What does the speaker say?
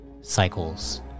cycles